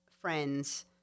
friends